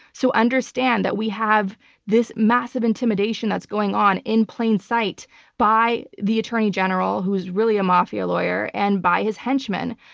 so understand that we have this massive intimidation that's going on in plain sight by the attorney general, who's really a mafia lawyer, and by his henchman.